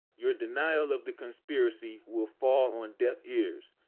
your denial of the conspiracy will fall on deaf ears.